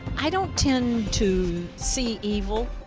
i dont tend to see evil.